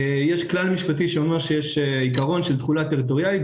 יש כלל משפטי שאומר שיש עקרון של תחולה טריטוריאלית,